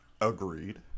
Agreed